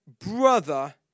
brother